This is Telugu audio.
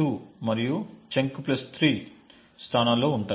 2 మరియు చంక్ ప్లస్ 3 స్థానాల్లో ఉంటాయి